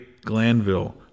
Glanville